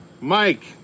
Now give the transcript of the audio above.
Mike